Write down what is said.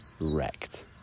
wrecked